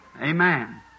Amen